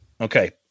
Okay